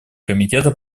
комитета